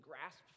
grasp